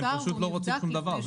הם פשוט לא רוצים שום דבר.